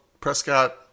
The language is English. Prescott